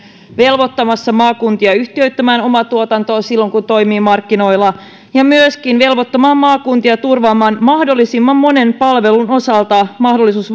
velvoittamassa maakuntia yhtiöittämään omaa tuotantoa silloin kun toimii markkinoilla ja myöskin velvoittamassa maakuntia turvaamaan mahdollisimman monen palvelun osalta mahdollisuus